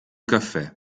caffè